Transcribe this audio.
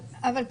אבל,